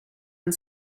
and